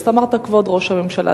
ואתה אמרת: "כבוד ראש הממשלה".